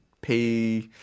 pay